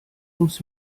ums